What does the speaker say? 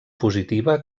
positiva